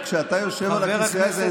כשאתה יושב על הכיסא הזה,